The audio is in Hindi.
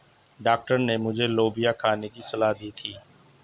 डॉक्टर ने मुझे लोबिया खाने की सलाह दी थी